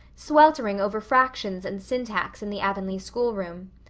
sweltering over fractions and syntax in the avonlea schoolroom.